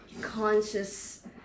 conscious